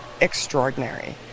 extraordinary